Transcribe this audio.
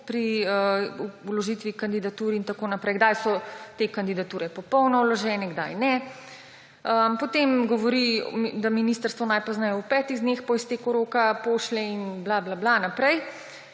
pri vložitvi kandidatur in tako naprej, kdaj so te kandidature popolno vložene, kdaj ne. Potem govori, da ministrstvo najpozneje v petih dneh po izteku roka pošlje in bla bla bla naprej.